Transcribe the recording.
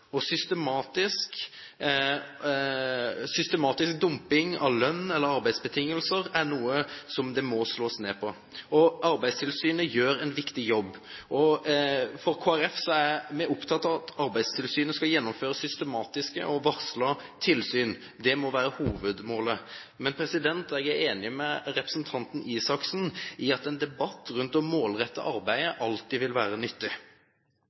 og systematisk dumping av lønn eller arbeidsbetingelser er noe som det må slås ned på. Arbeidstilsynet gjør en viktig jobb. I Kristelig Folkeparti er vi opptatt av at Arbeidstilsynet skal gjennomføre systematiske og varslede tilsyn. Det må være hovedmålet. Men jeg er enig med representanten Røe Isaksen i at en debatt om å målrette arbeidet alltid vil være nyttig.